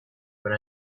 when